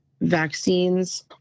vaccines